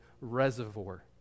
reservoir